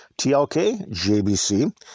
TLKJBC